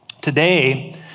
Today